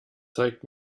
zeig